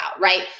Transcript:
right